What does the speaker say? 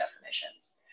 definitions